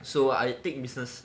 so I take business